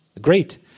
great